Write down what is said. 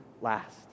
last